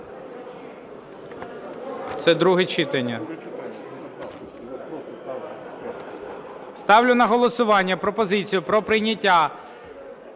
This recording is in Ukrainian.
Це друге читання. Ставлю на голосування пропозицію про прийняття